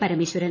Parameswaran